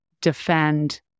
defend